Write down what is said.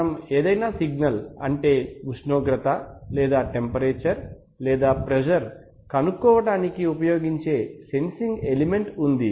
మనం ఏదైనా సిగ్నల్ అంటే ఉష్ణోగ్రత లేదా టెంపరేచర్ లేదా ప్రెజర్ కనుక్కోవడానికి ఉపయోగించే సెన్సింగ్ ఎలిమెంట్ ఉంది